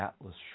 Atlas